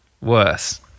worse